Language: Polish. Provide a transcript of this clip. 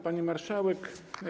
Pani Marszałek!